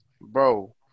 bro